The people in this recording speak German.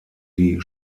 die